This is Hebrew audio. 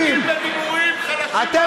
חזקים בדיבורים, חלשים מול ה"חמאס".